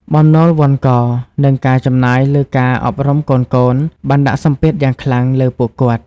បំណុលវ័ណ្ឌក និងការចំណាយលើការអប់រំកូនៗបានដាក់សម្ពាធយ៉ាងខ្លាំងលើពួកគាត់។